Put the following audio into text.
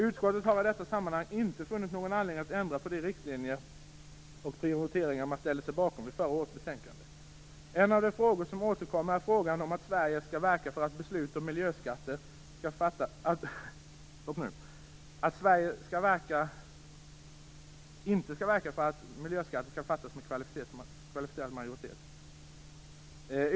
Utskottet har i detta sammanhang inte funnit någon anledning att ändra på de riktlinjer och prioriteringar som man ställde sig bakom i förra årets betänkande. En av de frågor som återkommer är frågan om att Sverige skall verka för att beslut om miljöskatter fattas med kvalificerad majoritet.